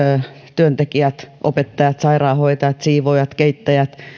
työntekijät opettajat sairaanhoitajat siivoojat keittäjät